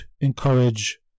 encourage